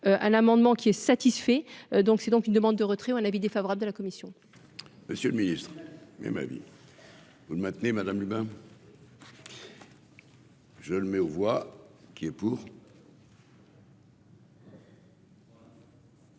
un amendement qui est satisfait, donc, c'est donc une demande de retrait ou un avis défavorable de la commission. Monsieur le Ministre, mais ma vie vous le maintenez Madame. Je le mets aux voix qui est pour.